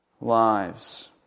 lives